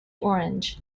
orange